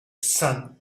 sun